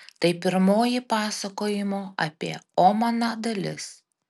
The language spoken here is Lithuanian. tai pirmoji pasakojimo apie omaną dalis